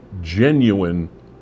genuine